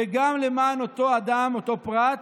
וגם למען אותו אדם, אותו פרט,